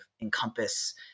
encompass